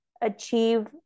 achieve